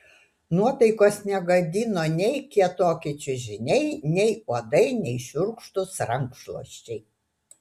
nuotaikos negadino nei kietoki čiužiniai nei uodai nei šiurkštūs rankšluosčiai